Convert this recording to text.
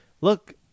look